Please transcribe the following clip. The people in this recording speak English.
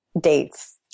dates